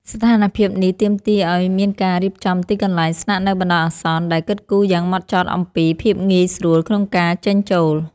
ស្ថានភាពនេះទាមទារឱ្យមានការរៀបចំទីកន្លែងស្នាក់នៅបណ្ដោះអាសន្ន ដែលគិតគូរយ៉ាងហ្មត់ចត់អំពី ភាពងាយស្រួលក្នុងការចេញចូល។